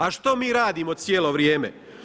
A što mi radimo cijelo vrijeme?